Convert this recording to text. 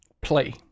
play